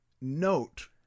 note